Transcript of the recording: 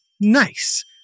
Nice